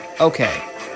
Okay